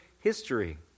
history